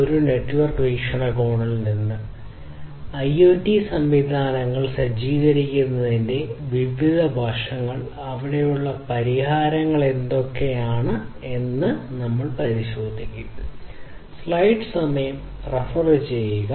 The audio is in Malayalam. ഒരു നെറ്റ്വർക്കിംഗ് വീക്ഷണകോണിൽ നിന്ന് ഐഒടി സംവിധാനങ്ങൾ സജ്ജീകരിക്കുന്നതിന്റെ വിവിധ വശങ്ങൾ അവിടെയുള്ള പരിഹാരങ്ങൾ എന്തൊക്കെയാണ് എന്നിവ പരിശോധിക്കും